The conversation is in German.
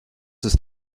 ist